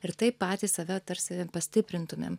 ir taip patys save tarsi pastiprintumėm